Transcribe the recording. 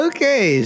Okay